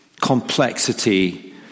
complexity